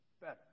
better